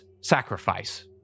sacrifice